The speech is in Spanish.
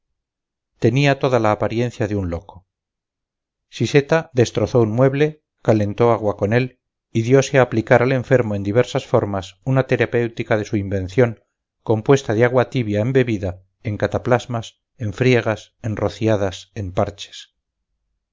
tenía todas la apariencia de un loco siseta destrozó un mueble calentó agua con él y diose a aplicar al enfermo en diversas formas una terapéutica de su invención compuesta de agua tibia en bebida en cataplasmas en friegas en rociadas en parches